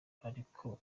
ariko